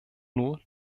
nur